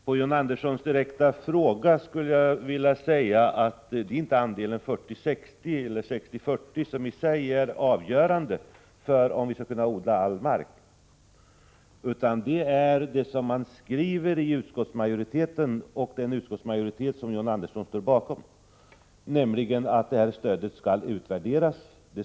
På John Anderssons direkta fråga skulle jag vilja svara att det inte är andelen 40-60 eller 60-40 som i sig är avgörande för om vi skall kunna odla all mark, utan det är vad som skrivs av den utskottsmajoritet som John Andersson står bakom, nämligen att stödet skall utvärderas.